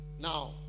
Now